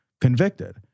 convicted